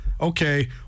okay